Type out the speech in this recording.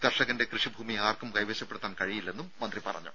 കർഷകന്റെ കൃഷിഭൂമി ആർക്കും കൈവശപ്പെടുത്താൻ കഴിയില്ലെന്നും മന്ത്രി പറഞ്ഞു